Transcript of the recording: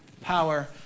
power